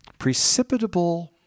precipitable